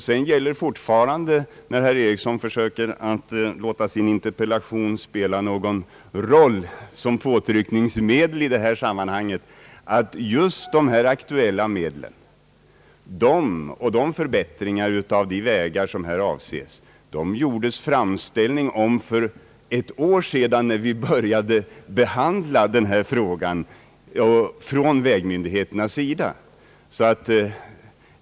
Sedan gäller fortfarande, när herr Eriksson försöker låta sin interpellation spela någon roll som påtryckningsmedel i detta sammanhang, att just de här aktuella medlen och de förbättringar av vägar, som här avses, gjorde vägmyndigheterna framställning om för ett år sedan, när vi började behandla denna fråga.